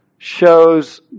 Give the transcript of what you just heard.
shows